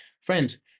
friends